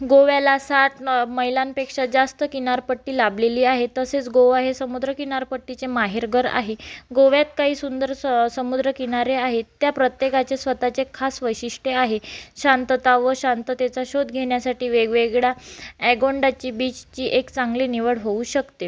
गोव्याला साठ ल मैलांपेक्षा जास्त किनारपट्टी लाभलेली आहे तसेच गोवा हे समुद्र किनारपट्टीचे माहेरघर आहे गोव्यात काही सुंदर स समुद्रकिनारे आहेत त्या प्रत्येकाचे स्वतःचे खास वैशिष्ट्य आहे शांतता व शांततेचा शोध घेण्यासाठी वेगवेगळ्या ॲगोंडाची बीचची एक चांगली निवड होऊ शकते